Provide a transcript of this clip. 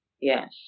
Yes